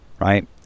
right